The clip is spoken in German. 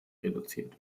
reduziert